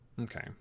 Okay